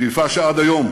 שאיפה שעד היום,